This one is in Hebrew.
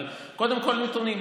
אבל קודם כול נתונים.